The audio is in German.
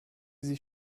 sich